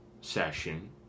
session